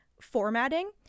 formatting